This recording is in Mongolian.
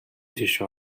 тийшээ